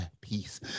peace